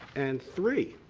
and three,